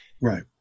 Right